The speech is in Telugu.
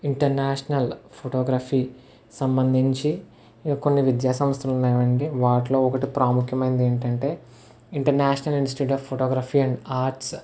ఇంటర్నేషనల్ ఫొటోగ్రఫీ సంబంధించి కొన్ని విద్యాసంస్థలు ఉన్నాయండి వాటిలో ఒకటి ప్రాముఖ్యమైనది ఏంటంటే international institute of photography and arts